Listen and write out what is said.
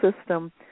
system